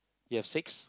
you have six